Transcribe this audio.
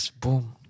Boom